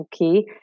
Okay